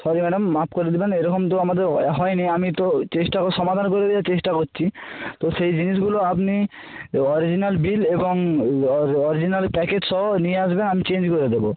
sorry madam মাপ করে দেবেন এই রকম তো আমাদের হয়নি আমি তো চেষ্টা সমাধান করে দেওয়ার চেষ্টা করছি তো সেই জিনিসগুলো আপনি অরিজিনাল বিল এবং অরিজিনাল প্যাকেটসহ নিয়ে আসবেন আমি চেঞ্জ করে দেবো